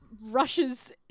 rushes